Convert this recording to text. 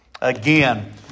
Again